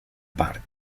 parc